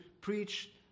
preach